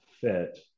fit